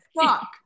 fuck